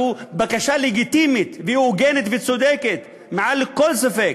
שזו בקשה לגיטימית והוגנת וצודקת מעל לכל ספק,